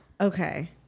Okay